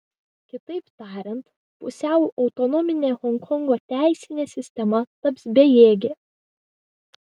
kitaip tariant pusiau autonominė honkongo teisinė sistema taps bejėgė